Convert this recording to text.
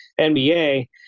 NBA